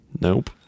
nope